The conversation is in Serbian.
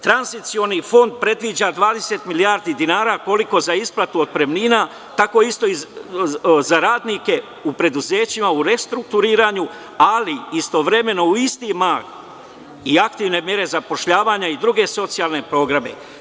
Tranzicioni fond predviđa 20 milijardi dinara, koliko za isplatu otpremnina, tako isto i za radnike u preduzećima u restrukturiranju, ali istovremeno, u isti mah, i aktivne mere zapošljavanja i druge socijalne programe.